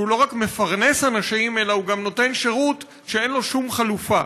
שהוא לא רק מפרנס אנשים אלא גם נותן שירות שאין לו שום חלופה.